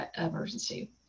emergency